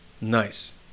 Nice